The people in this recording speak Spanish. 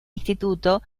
instituto